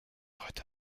heute